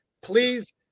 please